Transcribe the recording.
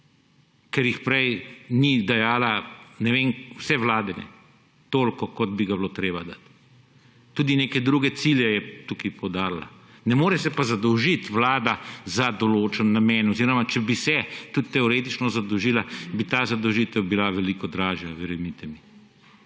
ker jih prej ni dajala, ne vem, vse vlade ne toliko, kot bi ga bilo treba dati. Tudi neke druge cilje je tukaj poudarila. Ne more se pa zadolžiti Vlada za določen namen oziroma če bi se tudi teoretično zadolžila, bi ta zadolžitev bila veliko dražja. Verjemite mi.